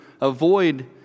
avoid